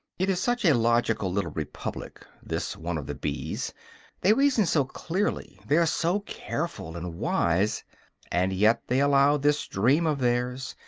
it is such a logical little republic, this one of the bees they reason so clearly, they are so careful and wise and yet they allow this dream of theirs,